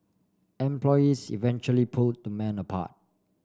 employees eventually pulled the men apart